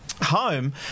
home